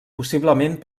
possiblement